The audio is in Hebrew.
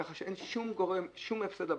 כך שאין שום הפסד לבנק,